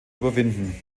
überwinden